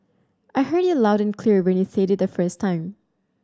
I heard you loud and clear when you said it the first time